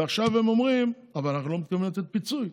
ועכשיו הם אומרים: אבל אנחנו לא מתכוונים לתת פיצוי.